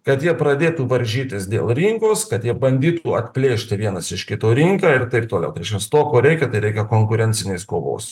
kad jie pradėtų varžytis dėl rinkos kad jie bandytų atplėšti vienas iš kito rinką ir taip toliau tai reiškias to ko reikia tai reikia konkurencinės kovos